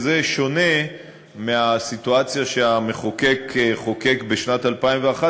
וזה שונה מהסיטואציה שהמחוקק חוקק בשנת 2011,